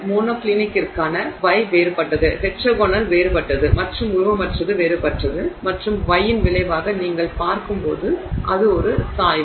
மோனோக்ளினிக்கிற்கான γ வேறுபட்டது டெட்ராகனல் வேறுபட்டது மற்றும் உருவமற்றது வேறுபட்டது மற்றும் γ இன் விளைவாக நீங்கள் பார்க்கும் போது அது ஒரு சாய்வு